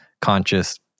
conscious